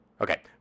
Okay